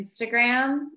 Instagram